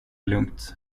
lugnt